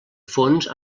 fons